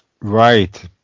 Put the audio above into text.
Right